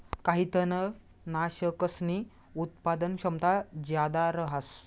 काही तननाशकसनी उत्पादन क्षमता जादा रहास